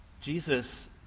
Jesus